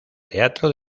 teatro